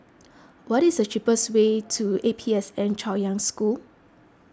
what is the cheapest way to A P S N Chaoyang School